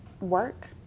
work